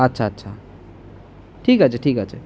আচ্ছা আচ্ছা ঠিক আছে ঠিক আছে